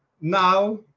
now